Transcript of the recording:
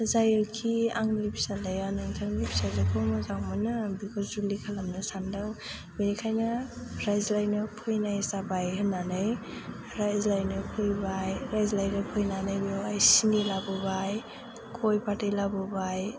जायनोखि आंनि फिसाज्लाया नोंथांनि फिसाजोखौ मोजां मोनो बिखौ जुलि खालामनो सान्दों बेनिखायनो रायज्लायनो फैनाय जाबाय होननानै रायज्लायनो फैबाय रायज्लायनो फैनानै बेवहाय सिनि लाबोबाय गय फाथै लाबोबाय